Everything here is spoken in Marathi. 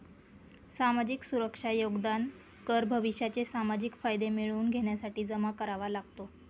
सामाजिक सुरक्षा योगदान कर भविष्याचे सामाजिक फायदे मिळवून घेण्यासाठी जमा करावा लागतो